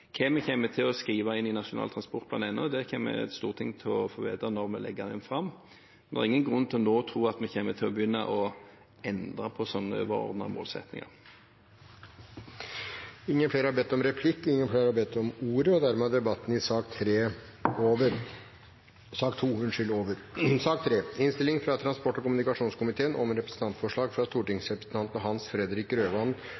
vi kommer til å skrive inn i Nasjonal transportplan, kommer Stortinget til å få vite når vi legger den fram. Det er ingen grunn til nå å tro at vi kommer til å begynne å endre på slike overordnede målsettinger. Replikkordskiftet er over. Flere har ikke bedt om ordet til sak nr. 2. Etter ønske fra transport- og kommunikasjonskomiteen vil presidenten foreslå at taletiden blir begrenset til 5 minutter til hver partigruppe og